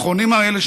האחרונים האלה,